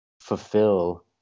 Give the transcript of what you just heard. fulfill